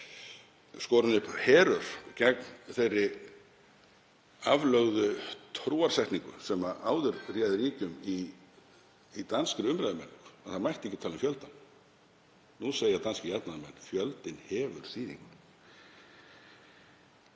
skorin upp herör gegn þeirri aflögðu trúarsetningu sem áður réð ríkjum í danskri umræðumenningu, að það mætti ekki tala um fjöldann. Nú segja danskir jafnaðarmenn: Fjöldinn hefur þýðingu.